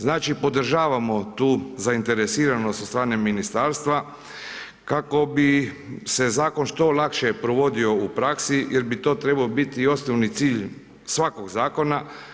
Znači podržavamo tu zainteresiranost od strane ministarstva kako bi se zakon što lakše provodio u praksi jer bi to trebao biti i osnovni cilj svakog zakona.